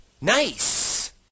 nice